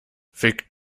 fick